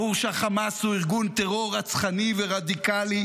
ברור שהחמאס הוא ארגון טרור רצחני ורדיקלי,